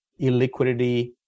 illiquidity